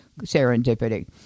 serendipity